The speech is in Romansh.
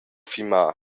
fimar